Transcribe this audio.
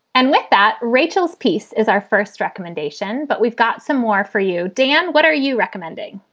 and with that, rachel's piece is our first recommendation. but we've got some more for you. dan, what are you recommending?